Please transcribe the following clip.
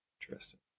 Interesting